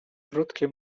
krótkie